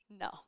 no